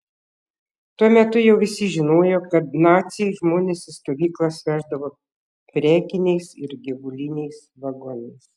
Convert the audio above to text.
tuo metu jau visi žinojo kad naciai žmones į stovyklas veždavo prekiniais ir gyvuliniais vagonais